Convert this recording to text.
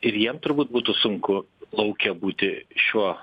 ir jiem turbūt būtų sunku lauke būti šiuo